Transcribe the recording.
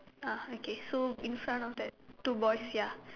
ah okay so in front of that two boys ya